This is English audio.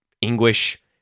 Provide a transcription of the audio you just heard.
English